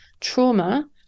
trauma